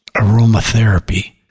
aromatherapy